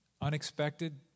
unexpected